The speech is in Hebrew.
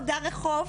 או דר רחוב,